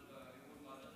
ועדת